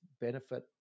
benefit